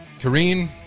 kareen